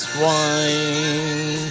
wine